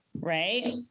right